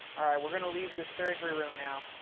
all right, we're gonna leave the surgery room now.